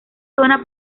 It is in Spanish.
zona